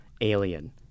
alien